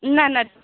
نہَ نہَ